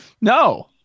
No